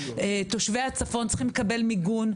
תושבי הצפון צריכים לקבל מיגון.